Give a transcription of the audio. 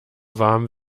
warm